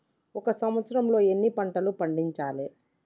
ఒక సంవత్సరంలో ఎన్ని పంటలు పండించాలే?